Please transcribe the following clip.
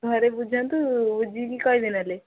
ଘରେ ବୁଝନ୍ତୁ ବୁଝିକି କହିବେ ନହେଲେ